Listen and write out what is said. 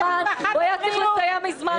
זה לא